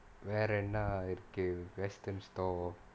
வேற என்னா இருக்கு:vera ennaa irukku western store